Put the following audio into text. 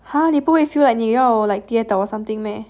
!huh! 你不会 feel like 你要跌倒 or something meh